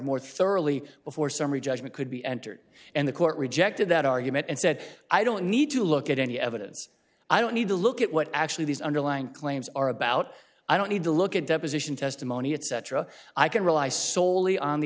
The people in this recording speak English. more thoroughly before summary judgment could be entered and the court rejected that argument and said i don't need to look at any evidence i don't need to look at what actually these underlying claims are about i don't need to look at deposition testimony etc i can rely solely on the